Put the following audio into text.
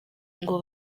ngo